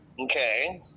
okay